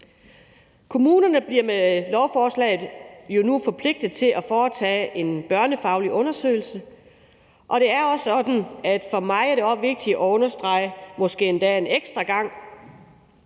Kommunerne bliver med lovforslaget jo nu forpligtet til at foretage en børnefaglig undersøgelse, og det er for mig også vigtigt at understrege – måske endda en ekstra gang